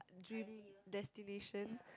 dream destination